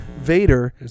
Vader